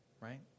right